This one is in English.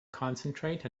concentrate